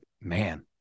man